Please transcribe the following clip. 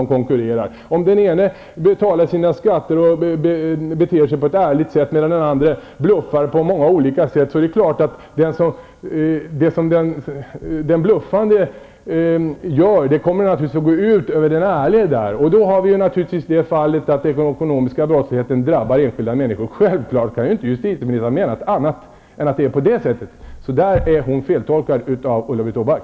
Om den ena krögaren betalar sina skatter och beter sig ärligt, medan den andra bluffar på olika sätt, är det klart att det som den bluffande gör går ut över den ärliga. Då har vi naturligtvis det fallet att den ekonomiska brottsligheten drabbar enskilda människor. Självklart kan inte justitieministern ha menat annat än att det är på det sättet. Så där är hon feltolkad av Ulla-Britt Åbark.